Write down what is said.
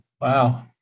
Wow